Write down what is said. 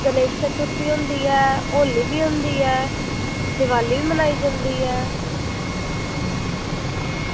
गणेश चतुर्थी बी होंदी ऐ होली बी होंदी ऐ दिवाली बी मनाई जंदी ऐ